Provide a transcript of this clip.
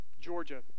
Georgia